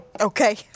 Okay